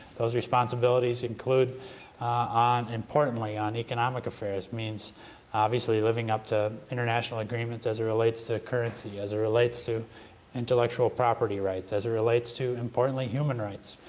those responsibilities include on importantly on economic affairs, means obviously living up to international agreements as it relates to currency, as it relates to intellectual property rights, as it relates to importantly human rights,